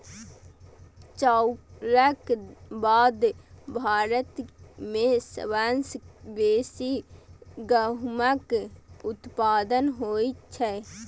चाउरक बाद भारत मे सबसं बेसी गहूमक उत्पादन होइ छै